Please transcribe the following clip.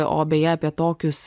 o beje apie tokius